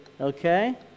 okay